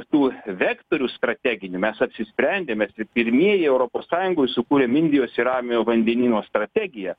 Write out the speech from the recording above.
tų vektorių strateginių mes apsisprendę mes ir pirmieji europos sąjungoj sukūrėm indijos ir ramiojo vandenyno strategiją